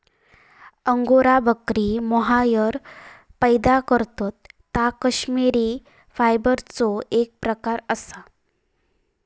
angora बकरी mohair पैदा करतत ता कश्मिरी फायबरचो एक प्रकार असा